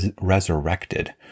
resurrected